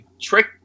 trick